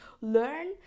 learn